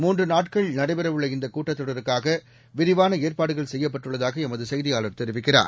மூன்றுநாட்கள் நடைபெறவுள்ள இந்தகூட்டத்தொடருக்காகவிரிவானஏற்பாடுகள் செய்யப்பட்டுள்ளதாகஎமதுசெய்தியாளர் தெரிவிக்கிறார்